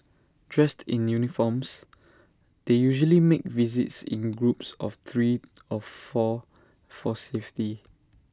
dressed in uniforms they usually make visits in groups of three of four for safety